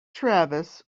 travis